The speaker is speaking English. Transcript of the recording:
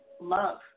love